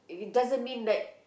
it doesn't mean that